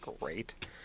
great